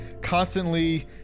Constantly